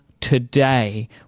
today